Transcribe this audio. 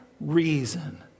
reason